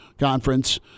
conference